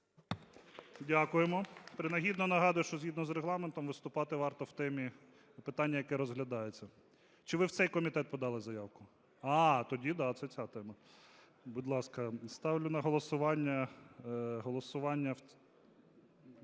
Дякуємо. Принагідно нагадую, що згідно з Регламентом виступати варто в темі питання, яке розглядається. Чи ви в цей комітет подали заявку? А, тоді да, це ця тема. Будь ласка, ставлю на голосування